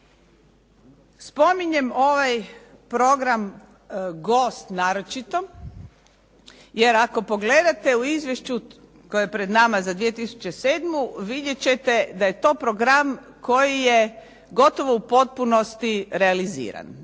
Spominjem ovaj program gost naročito jer ako pogledate u izvješću koje je pred nama za 2007. vidjet ćete da je to program koji je gotovo u potpunosti realizirano.